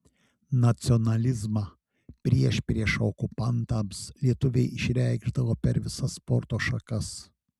nacionalizmą priešpriešą okupantams lietuviai išreikšdavo per visas sporto šakas